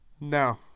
No